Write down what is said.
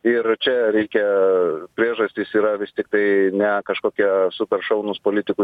ir čia reikia priežastys yra vis tiktai ne kažkokie super šaunūs politikų